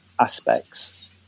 aspects